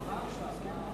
בבקשה.